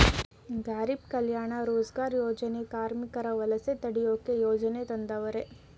ಗಾರೀಬ್ ಕಲ್ಯಾಣ ರೋಜಗಾರ್ ಯೋಜನೆ ಕಾರ್ಮಿಕರ ವಲಸೆ ತಡಿಯೋಕೆ ಯೋಜನೆ ತಂದವರೆ